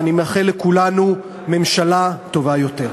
ואני מאחל לכולנו ממשלה טובה יותר.